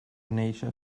néixer